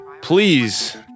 Please